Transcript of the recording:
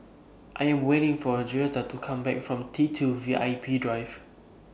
I Am waiting For Joetta to Come Back from T two V I P Drive